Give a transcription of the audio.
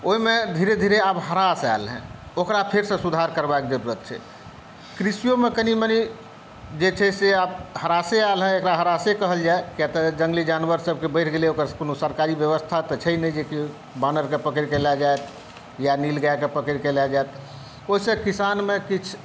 ओहिमे धीरे धीरे आब ह्रास आयल हँ ओकरा फेरसॅं सुधार करबाक ज़रूरत छै कृषियोमे कनि मनी जे छै से आब ह्रासे आयल हँ एक़रा ह्रासे कहल जाय किया तऽ जन्गली जानवरसभके बढ़ि गेलै हँ ओकर कोनो सरकारी व्यवस्था तऽ छै नहि की वानरक पकड़िक लै जायत या नील गायक पकड़िक लए जायत ओहिसॅं किसानमे किछु